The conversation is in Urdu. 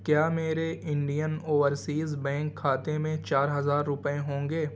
کیا میرے انڈین اوورسیز بینک کھاتے میں چار ہزار روپے ہوں گے